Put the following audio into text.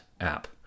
app